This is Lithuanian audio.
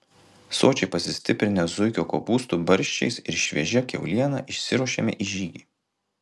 sočiai pasistiprinę zuikio kopūstų barščiais ir šviežia kiauliena išsiruošėme į žygį